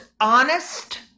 honest